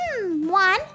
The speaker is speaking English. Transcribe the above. One